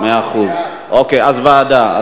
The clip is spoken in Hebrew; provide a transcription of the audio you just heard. ועדה, מאה אחוז, אז ועדה.